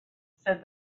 said